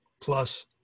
plus